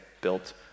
built